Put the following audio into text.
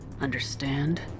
Understand